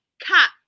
cat